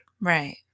Right